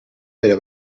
però